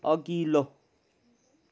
अघिल्लो